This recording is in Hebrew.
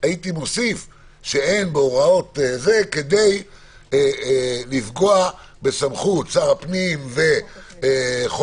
הייתי מוסיף שאין בהוראות זה כדי לפגוע בסמכות שר הפנים וחוק